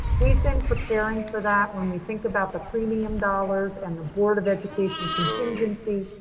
we've been preparing for that when we think about the premium dollars and the board of education contingency.